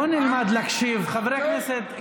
בואו נלמד להקשיב, חברי הכנסת.